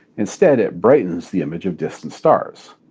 instead it brightens the image of distant stars.